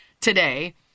today